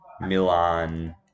Milan